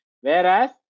whereas